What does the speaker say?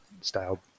style